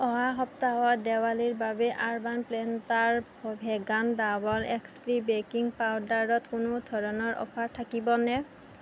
অহা সপ্তাহত দেৱালীৰ বাবে আৰ্বান প্লেটাৰ ভেগান ডাবৰ এক্সটি বেকিং পাউদাৰত কোনো ধৰণৰ অফাৰ থাকিবনে